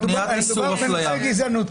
מדובר בגזענות.